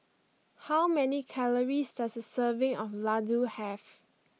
how many calories does a serving of laddu have